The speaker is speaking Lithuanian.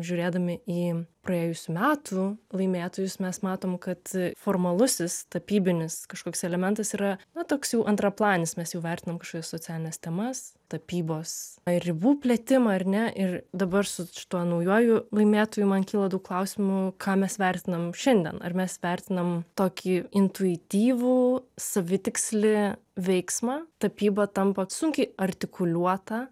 žiūrėdami į praėjusių metų laimėtojus mes matom kad formalusis tapybinis kažkoks elementas yra na toks jau antraplanis mes jau vertinam kažkokias socialines temas tapybos ir ribų plėtimą ar ne ir dabar su tuo naujuoju laimėtoju man kyla daug klausimų ką mes vertinam šiandien ar mes vertinam tokį intuityvų savitikslį veiksmą tapyba tampa sunkiai artikuliuota